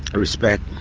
respect